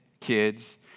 kids